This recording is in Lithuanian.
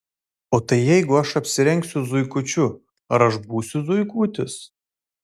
o tai jeigu aš apsirengsiu zuikučiu ar aš būsiu zuikutis